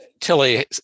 Tilly